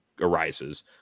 Arises